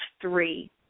three